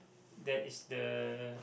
that is the